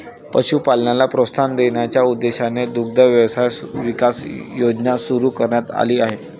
पशुपालनाला प्रोत्साहन देण्याच्या उद्देशाने दुग्ध व्यवसाय विकास योजना सुरू करण्यात आली आहे